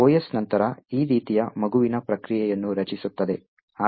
OS ನಂತರ ಈ ರೀತಿಯ ಮಗುವಿನ ಪ್ರಕ್ರಿಯೆಯನ್ನು ರಚಿಸುತ್ತದೆ